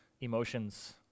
emotions